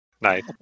Nice